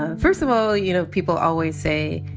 ah first of all, you know people always say!